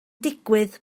digwydd